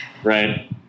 Right